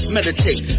Meditate